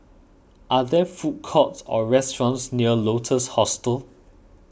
are there food courts or restaurants near Lotus Hostel